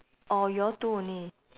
or you all two only